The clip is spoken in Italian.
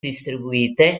distribuite